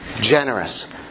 Generous